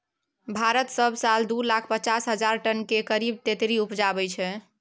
भारत सब साल दु लाख पचास हजार टन केर करीब तेतरि उपजाबै छै